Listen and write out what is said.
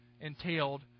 entailed